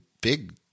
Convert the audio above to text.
big